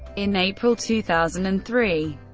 in april two thousand and three,